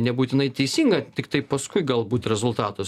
nebūtinai teisingą tiktai paskui galbūt rezultatas